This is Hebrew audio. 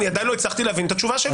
אני עדיין לא הצלחתי להבין את התשובה שלו.